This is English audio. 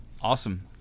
Awesome